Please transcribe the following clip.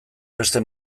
beste